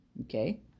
okay